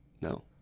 No